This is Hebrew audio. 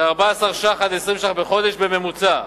בכ-14 ש"ח עד 20 ש"ח בחודש בממוצע.